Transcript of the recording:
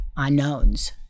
unknowns